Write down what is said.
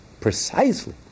precisely